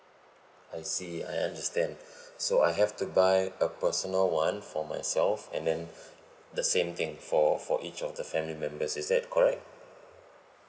I see I understand so I have to buy a personal one for myself and then the same thing for for each of the family members is that correct